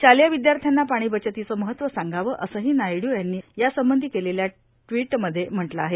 शा लेय र्विद्याथ्याना पाणीबचतीचं महत्त्व सांगावं असंहो नायडू यांनी यासंबंधी केलेल्या ट्वीटम ध्ये म्हटलं आहे